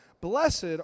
Blessed